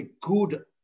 good